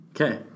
okay